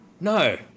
No